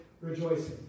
rejoicing